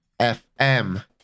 FM